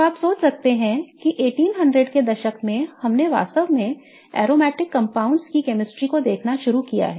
तो आप सोच सकते हैं कि 1800 के दशक से हमने वास्तव में अरोमैटिक कंपाउंड्स के chemistry को देखना शुरू कर दिया है